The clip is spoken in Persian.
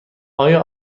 آیا